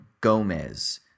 Gomez